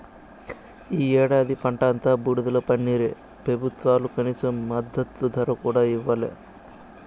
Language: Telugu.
ఈ ఏడాది పంట అంతా బూడిదలో పన్నీరే పెబుత్వాలు కనీస మద్దతు ధర కూడా ఇయ్యలే